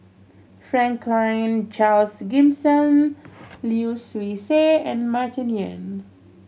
Franklin Charles Gimson Lim Swee Say and Martin Yan